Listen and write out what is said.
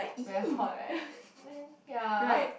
very hot right then ya